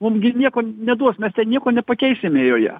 mum nieko neduos mes ten nieko nepakeisime joje